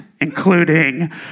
including